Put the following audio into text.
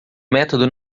método